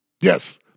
Yes